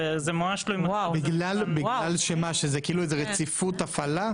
זה ממש תלוי מקרה --- בגלל שזו איזו שהיא רציפות הפעלה?